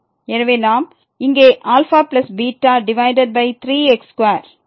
எனவே நாம் இங்கே α β டிவைடட் பை 3 x2